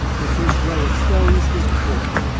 the first row of stones is poured.